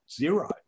Zero